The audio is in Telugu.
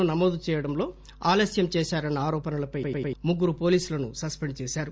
ను నమోదు చేయడంలో ఆలస్యం చేశారన్న ఆరోపణలపై ముగ్గురు పోలీసులను సస్పెండ్ చేశారు